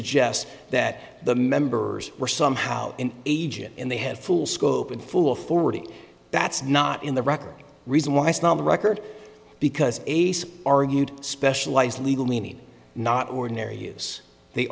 suggest that the members were somehow an agent and they had full scope and full forty that's not in the record reason why it's not on the record because ace argued specialized legal meaning not ordinary use they